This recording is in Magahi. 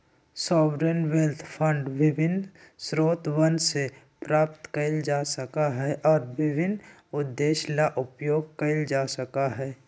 सॉवरेन वेल्थ फंड विभिन्न स्रोतवन से प्राप्त कइल जा सका हई और विभिन्न उद्देश्य ला उपयोग कइल जा सका हई